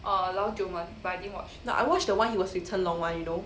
no I watched the one he was with chen long [one] you know